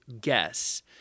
guess –